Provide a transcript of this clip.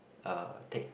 uh take